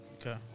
Okay